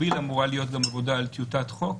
במקביל אמורה להיות גם עבודה על טיוטת חוק.